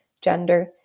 gender